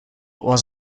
was